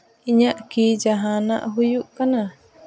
ᱤᱧᱟᱹᱜ ᱠᱤ ᱡᱟᱦᱟᱱᱟᱜ ᱦᱩᱭᱩᱜ ᱠᱟᱱᱟ